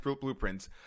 blueprints